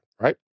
right